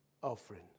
offering